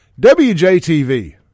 WJTV